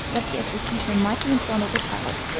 that the execution might be in front of the palace,